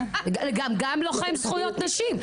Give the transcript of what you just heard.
גם זה וגם לוחם למען זכויות נשים.